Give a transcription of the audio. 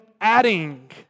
adding